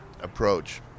approach